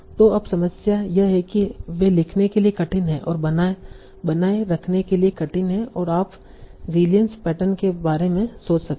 तो अब समस्या यह है कि वे लिखने के लिए कठिन हैं और बनाए रखने के लिए कठिन हैं और आप ज़िलीयंस पैटर्न के के बारे में सोच सकते हैं